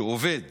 כשעובד